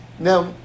Now